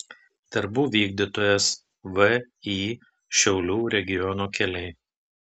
darbų vykdytojas vį šiaulių regiono keliai